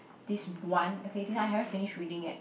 this one okay this one I haven't finish reading yet